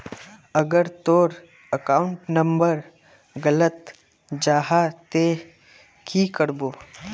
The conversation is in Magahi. अगर तोर अकाउंट नंबर गलत जाहा ते की करबो?